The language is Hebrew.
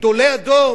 גדולי הדור,